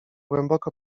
głęboko